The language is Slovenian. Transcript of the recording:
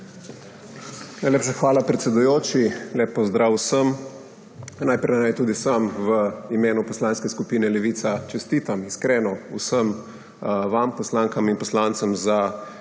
hvala, predsedujoči. Lep pozdrav vsem! Najprej naj tudi sam v imenu poslanske skupine Levica čestitam iskreno vsem vam poslankam in poslancem za